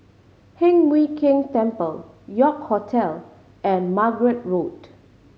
Heng Mui Keng Terrace York Hotel and Margate Road